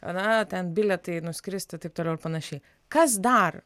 a na ten bilietai nuskristi taip toliau ir panašiai kas dar